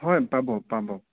হয় পাব পাব